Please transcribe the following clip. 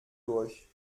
durch